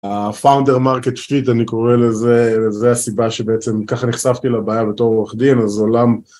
פאונדר מרקט פיט אני קורא לזה, לזה הסיבה שבעצם ככה נחשפתי לבעיה בתור עורך דין, אז עולם